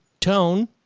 tone